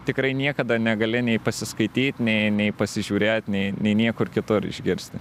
tikrai niekada negali nei pasiskaityt nei nei pasižiūrėt nei nei niekur kitur išgirsti